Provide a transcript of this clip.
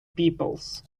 peoples